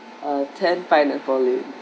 uh ten pineapple lane